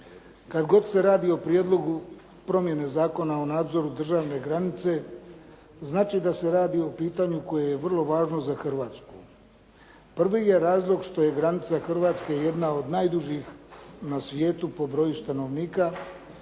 Kad god se radi o prijedlogu promjene Zakona o nadzoru državne granice, znači da se radi o pitanju koje je vrlo važno za Hrvatsku. Prvi je razlog što je granica Hrvatske jedna od najdužih na svijetu po broju stanovnika,